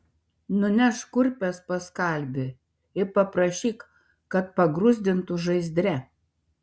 nunešk kurpes pas kalvį ir paprašyk kad pagruzdintų žaizdre